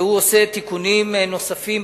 ויש בו תיקונים נוספים.